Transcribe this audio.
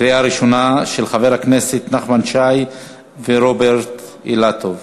של חברי הכנסת נחמן שי ורוברט אילטוב,